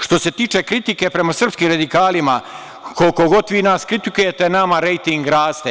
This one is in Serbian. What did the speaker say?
Što se tiče kritike prema srpskim radikalima, koliko god vi nas kritikujete nama rejting raste.